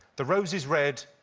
the rose is red,